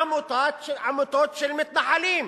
עמותות של מתנחלים,